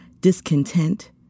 discontent